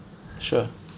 sure